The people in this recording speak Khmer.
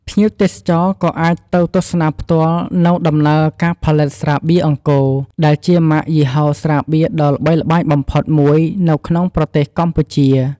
ភ្ញៀវទេសចរណ៍ក៏អាចទៅទស្សនាផ្ទាល់នូវដំណើរការផលិតស្រាបៀរអង្គរ ដែលជាម៉ាកយីហោស្រាបៀរដ៏ល្បីល្បាញបំផុតមួយនៅក្នុងប្រទេសកម្ពុជា។